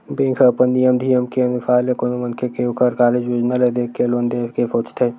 bank ह अपन नियम धियम के अनुसार ले कोनो मनखे के ओखर कारज योजना ल देख के लोन देय के सोचथे